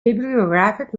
bibliographic